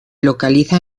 localiza